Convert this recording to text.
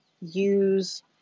use